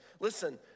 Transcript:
Listen